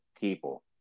People